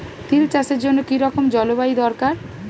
তিল চাষের জন্য কি রকম জলবায়ু দরকার?